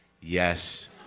Yes